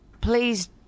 please